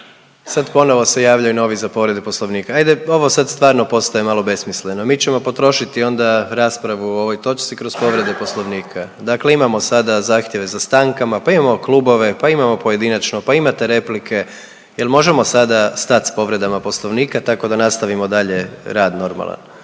Sad ponovo se javljaju novi za povrede Poslovnika. Ajde, ovo sad stvarno postaje malo besmisleno, mi ćemo potrošiti onda raspravu o ovoj točci kroz povrede Poslovnika. Dakle imamo sada zahtjeve za stankama, pa imamo klubove, pa imamo pojedinačno pa imate replike, je li možemo sada stat s povredama Poslovnika, tako da nastavimo dalje rad normalan?